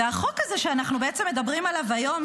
החוק הזה שאנחנו בעצם מדברים עליו היום,